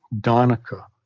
donica